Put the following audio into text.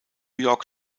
york